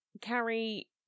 carry